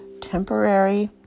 temporary